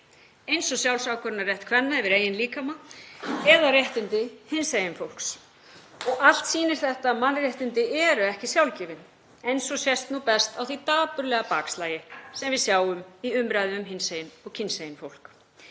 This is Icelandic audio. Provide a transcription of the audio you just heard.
eins og sjálfsákvörðunarrétt kvenna yfir eigin líkama eða réttindi hinsegin fólks. Allt sýnir þetta að mannréttindi eru ekki sjálfgefin eins og sést best á því dapurlega bakslagi sem við sjáum í umræðu um hinsegin og kynsegin fólk.